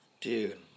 Dude